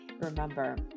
Remember